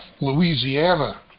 Louisiana